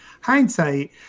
hindsight